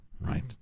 right